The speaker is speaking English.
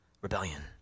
rebellion